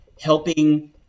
helping